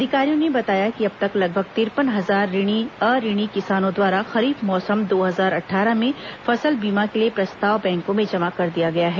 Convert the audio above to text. अधिकारियों ने बताया कि अब तक लगभग तिरपन हजार अऋणी किसानों द्वारा खरीफ मौसम दो हजार अट्ठारह में फसल बीमा के लिए प्रस्ताव बैंकों में जमा कर दिया गया है